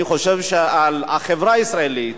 אני חושב שעל החברה הישראלית,